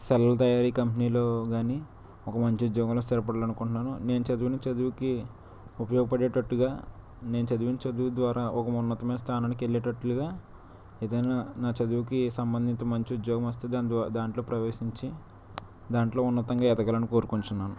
cell తయారీ కంపెనీలో కానీ ఒక మంచి ఉద్యోగంలో స్థిరపడాలి అనుకుంటున్నాను నేను చదివిన చదివుకి ఉపయోగపడేటట్టుగా నేను చదివిన చదువు ద్వారా ఒక ఉన్నతమైన స్థానానికి వెళ్ళేటట్టుగా ఏదైన నా చదువుకి సంబంధించి మంచి ఉద్యోగం వస్తే దాంట్లో ప్రవేశించి దాంట్లో ఉన్నతంగా ఎదగాలని కోరుకొనుతున్నాను